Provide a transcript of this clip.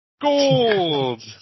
Gold